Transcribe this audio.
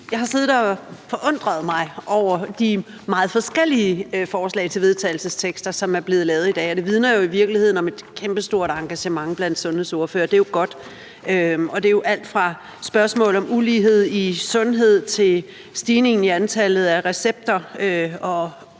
Jeg har siddet og været forundret over de meget forskellige forslag til vedtagelse, som er blevet fremsat i dag. Det vidner jo i virkeligheden om et kæmpestort engagement blandt sundhedsordførerne, og det er jo godt. Det gælder bl.a. spørgsmål om ulighed i sundhed, stigning i antallet af recepter,